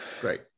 great